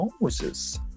Moses